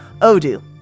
Odoo